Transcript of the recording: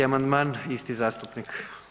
4. amandman, isti zastupnik.